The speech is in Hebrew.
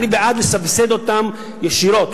אני בעד לסבסד אותם ישירות,